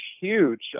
huge